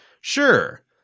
sure